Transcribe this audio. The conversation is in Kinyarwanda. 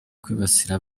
kwibasira